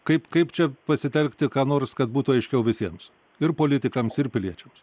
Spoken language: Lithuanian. kaip kaip čia pasitelkti ką nors kad būtų aiškiau visiems ir politikams ir piliečiams